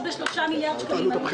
ב-3 מיליארד שקלים?